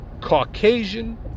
caucasian